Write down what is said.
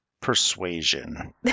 persuasion